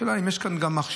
השאלה היא אם יש כאן גם מכשלה,